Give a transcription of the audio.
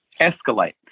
escalate